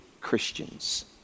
Christians